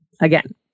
again